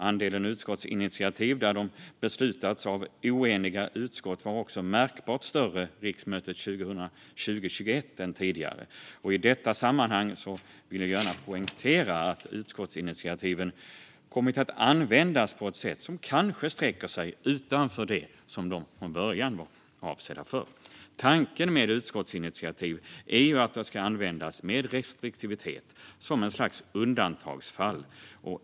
Andelen utskottsinitiativ som beslutats av oeniga utskott var också märkbart större under riksmötet 2020/21 än tidigare. I detta sammanhang vill jag gärna poängtera att utskottsinitiativen kommit att användas på ett sätt som kanske sträcker sig utanför det som de från början var avsedda för. Tanken med utskottsinitiativ är att de ska användas med restriktivitet, som ett slags undantagsfall.